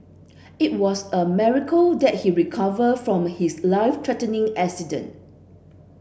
it was a miracle that he recover from his life threatening accident